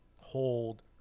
hold